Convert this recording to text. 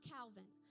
Calvin